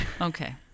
Okay